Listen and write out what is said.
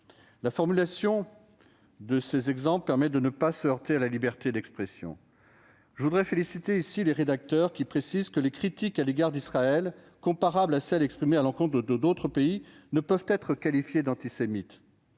La formulation de ces exemples permet de ne pas se heurter à la liberté d'expression. Je félicite les rédacteurs qui précisent que « les critiques à l'égard d'Israël comparables à celles exprimées à l'encontre d'autres pays ne peuvent être qualifiées d'antisémites